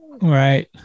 Right